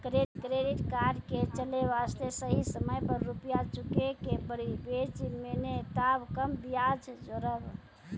Credit card के चले वास्ते सही समय पर रुपिया चुके के पड़ी बेंच ने ताब कम ब्याज जोरब?